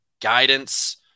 guidance